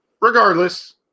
Regardless